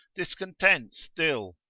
discontent still,